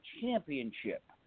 championship